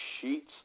sheets